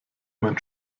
mein